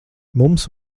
mums